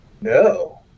No